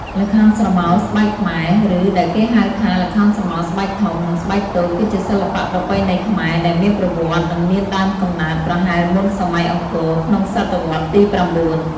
ល្ខោនស្រមោលស្បែកខ្មែរ ឬដែលគេហៅថា ល្ខោនស្រមោលស្បែកធំ និងស្បែកតូចគឺជាសិល្បៈប្រពៃណីខ្មែរ ដែលមានប្រវត្តិនិងមានដើមកំណើតប្រហែលមុនសម័យអង្គរ ក្នុងសតវត្សទី ៩។